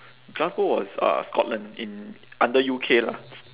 glasgow was uh scotland in under U_K lah